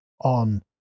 on